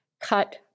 cut